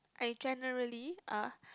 and in generally uh